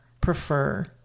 prefer